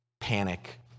panic